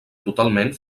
totalment